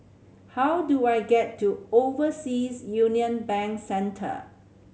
how do I get to Overseas Union Bank Centre